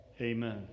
Amen